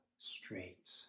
Straight